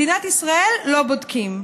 מדינת ישראל, לא בודקים.